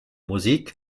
musik